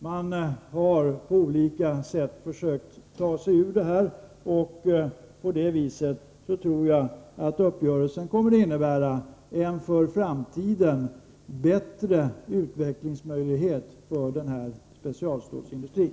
Man har på olika sätt försökt dra sig ur, och jag tror därför att uppgörelsen kommer att innebära bättre möjligheter till framtida utveckling av specialstålsindustrin.